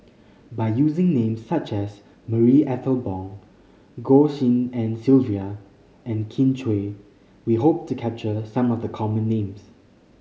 by using names such as Marie Ethel Bong Goh Tshin En Sylvia and Kin Chui we hope to capture some of the common names